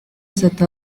sata